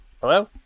hello